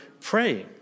praying